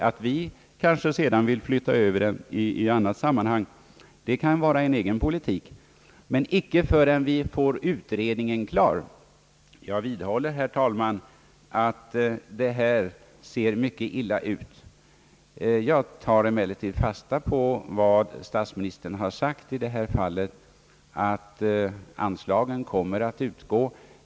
Att vi kanske sedan vill flytta över den i annat sammanhang kan vara en egen politik, men icke förrän vi får utredningen klar. Jag vidhåller, herr talman, att detta ser mycket illa ut. Jag tar emellertid fasta på vad statsministern har sagt i detta fall, nämligen att anslagen kommer att utgå.